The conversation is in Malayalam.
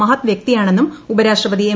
മഹത് വ്യക്തിയാണെന്നും ഉപരാഷ്ട്രപതി എം